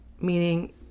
meaning